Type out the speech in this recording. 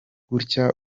gutya